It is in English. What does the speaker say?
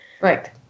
right